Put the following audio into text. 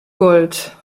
gold